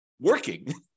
working